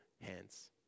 hands